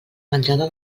menjada